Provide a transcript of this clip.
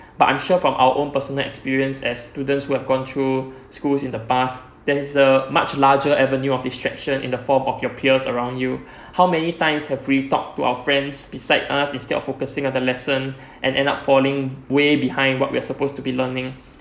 but I'm sure from our own personal experience as student who have gone through schools in the past there is a much larger avenue of distraction in the form of your peers around you how many times have we talk to our friends beside us instead of focusing on the lesson and end up falling way behind what we have supposed to be learning